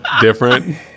different